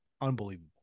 unbelievable